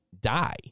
die